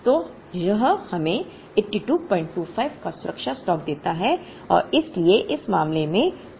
तो यह हमें 8225 का सुरक्षा स्टॉक देता है और इसलिए इस मामले में 28225 होगा